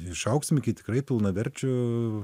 išaugsim iki tikrai pilnaverčių